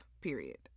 period